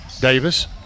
Davis